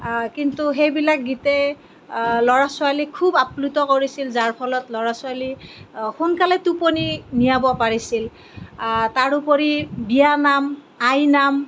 কিন্তু সেইবিলাক গীতেই ল'ৰা ছোৱালীক আপ্লুত কৰিছিল যাৰ ফলত ল'ৰা ছোৱালী সোনকালে টোপনি নিয়াব পাৰিছিল তাৰোপৰি বিয়ানাম আই নাম